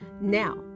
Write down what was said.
now